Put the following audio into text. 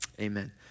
amen